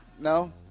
No